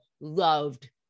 loved